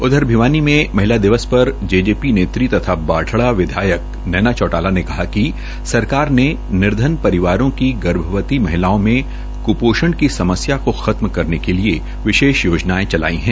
उधर भिवानी में महिला दिवस पर जेजेपी नेत्री व बा ड़ा विधायक नैना चौटाला ने कहा कि सरकार ने निर्धन परिवारों की गर्भवती महिलाओं में क्पोषण की समस्या को खत्म करने के लिए विशेष योजनायं चलाई है